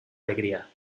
alegría